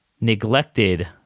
neglected